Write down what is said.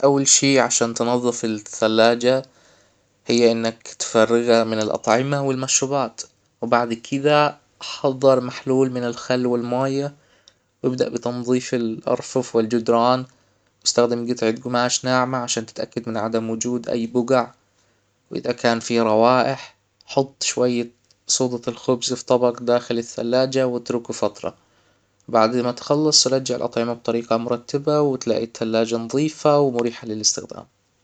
اول شيء عشان تنظف الثلاجة هي انك تفرغها من الاطعمة والمشروبات وبعد كدا حظر محلول من الخل والماية وابدأ بتنظيف الارفف والجدران استخدم جطعة جماش ناعمة عشان تتأكد من عدم وجود اي بقع واذا كان فيه روائح حط شوية صودا الخبز في طبق داخل الثلاجة واتركه فترة بعدين تخلص رجع الاطعمة بطريقة مرتبة وتلاقي الثلاجة نظيفة ومريحة للاستخدام